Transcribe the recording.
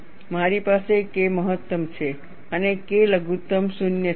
અને મારી પાસે K મહત્તમ છે અને K લઘુત્તમ 0 છે